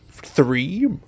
Three